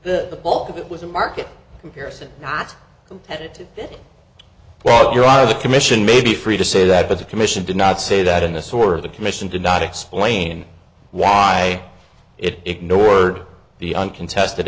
it's the bulk of it was a market comparison not competitive well you're out of commission maybe free to say that but the commission did not say that in a sort of the commission did not explain why it nor the uncontested